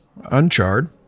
uncharred